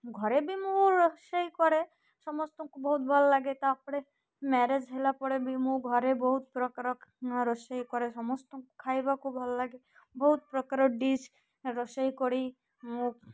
ଘରେ ବି ମୁଁ ରୋଷେଇ କରେ ସମସ୍ତଙ୍କୁ ବହୁତ ଭଲ ଲାଗେ ତା'ପରେ ମ୍ୟାରେଜ୍ ହେଲା ପରେ ବି ମୁଁ ଘରେ ବହୁତ ପ୍ରକାର ରୋଷେଇ କରେ ସମସ୍ତଙ୍କୁ ଖାଇବାକୁ ଭଲ ଲାଗେ ବହୁତ ପ୍ରକାର ଡିସ୍ ରୋଷେଇ କରି ମୁଁ